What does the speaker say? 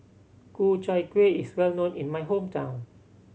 Ku Chai Kueh is well known in my hometown